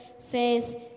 faith